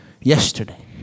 yesterday